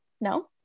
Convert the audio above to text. No